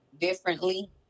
differently